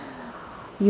you